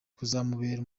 kuzamubera